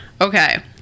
Okay